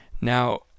Now